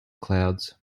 clouds